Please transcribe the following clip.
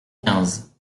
quinze